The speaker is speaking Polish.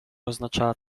oznaczała